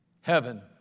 Heaven